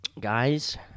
Guys